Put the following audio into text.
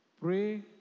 pray